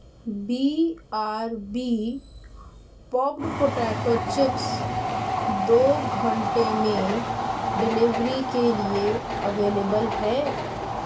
be R B papad potato chips دو گھنٹے میں ڈیلیوری کے لیے اویلیبل ہیں